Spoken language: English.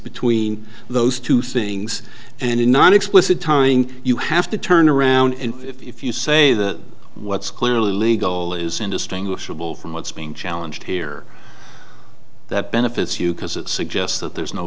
between those two things and in not explicit timing you have to turn around and if you say that what's clearly legal is indistinguishable from what's being challenged here that benefits you because it suggests that there's no